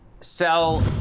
sell